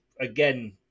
again